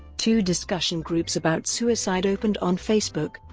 two discussion groups about suicide opened on facebook,